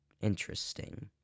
interesting